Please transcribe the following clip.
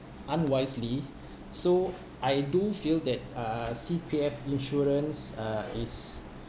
unwisely so I do feel that uh C_P_F insurance uh is